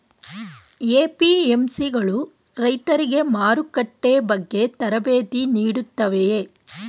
APMC ಗಳು ರೈತರಿಗೆ ಮಾರುಕಟ್ಟೆ ಬಗ್ಗೆ ತರಬೇತಿ ನೀಡುತ್ತವೆಯೇ?